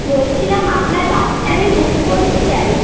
বলছিলাম আপনার বাসটা আমি বুক করতে চাই